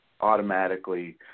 automatically